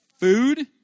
Food